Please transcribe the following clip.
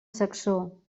saxó